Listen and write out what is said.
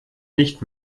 nicht